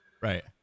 Right